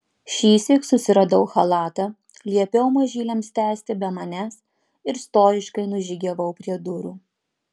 šįsyk susiradau chalatą liepiau mažyliams tęsti be manęs ir stojiškai nužygiavau prie durų